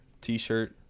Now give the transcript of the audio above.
t-shirt